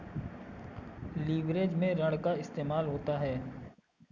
leverage में ऋण का इस्तेमाल होता है